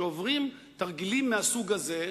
שעוברים תרגילים מהסוג הזה,